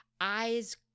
eyes